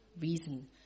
reason